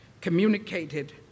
communicated